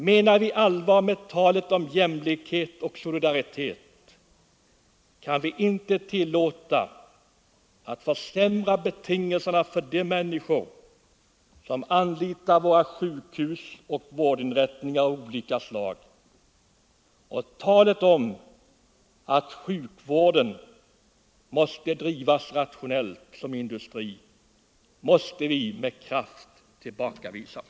Menar vi allvar med talet om jämlikhet och solidaritet, kan vi inte tillåta att betingelserna för de människor som anlitar våra sjukhus och vårdinrättningar av olika slag försämras. Och talet om att sjukvården måste drivas rationellt som industri måste med kraft tillbakavisas.